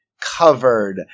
covered